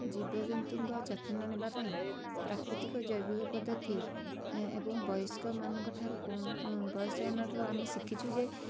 ଜୀବଜନ୍ତୁଙ୍କ ଯତ୍ନ ନେବା ପାଇଁ ପ୍ରାକୃତିକ ଜୈବିକ ପଦ୍ଧତି ଏ ଏବଂ ବୟସ୍କମାନଙ୍କ ଠାରୁ ବୟସ୍କମାନଙ୍କ ଠାରୁ ଆମେ ଶିଖିଛୁ ଯେ